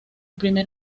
primer